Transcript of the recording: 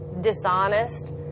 dishonest